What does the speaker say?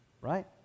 right